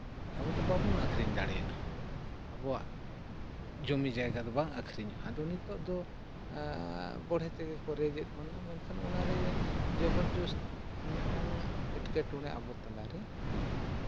ᱟᱵᱚᱫᱚ ᱵᱟᱵᱚᱱ ᱟᱹᱠᱷᱨᱤᱧ ᱫᱟᱲᱮᱭᱟᱜᱼᱟ ᱟᱵᱚᱣᱟᱜ ᱡᱚᱢᱤ ᱡᱟᱭᱜᱟ ᱫᱚ ᱵᱟᱝ ᱟᱹᱠᱷᱨᱤᱧᱚᱜᱼᱟ ᱟᱫᱚ ᱱᱤᱛᱳᱜ ᱫᱚ ᱵᱚᱬᱦᱮ ᱛᱮᱜᱮ ᱠᱚ ᱨᱮᱡᱮᱫ ᱵᱚᱱᱟ ᱢᱮᱱᱠᱷᱟᱱ ᱚᱱᱟᱨᱮ ᱡᱚᱵᱚᱨ ᱡᱚᱥᱛᱤ ᱢᱤᱫᱴᱟᱝ ᱮᱴᱠᱮᱴᱚᱬᱮ ᱟᱵᱚ ᱛᱟᱞᱟᱨᱮ ᱦᱩᱭᱩᱜᱼᱟ